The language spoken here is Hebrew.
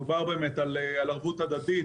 דובר על ערבות הדדית,